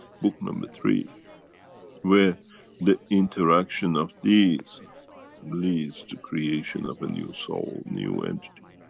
book number three where the interaction of these leads to creation of a new soul, new entity.